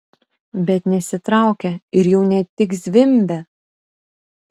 bet nesitraukia ir jau ne tik zvimbia